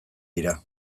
dira